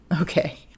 okay